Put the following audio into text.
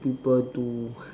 people do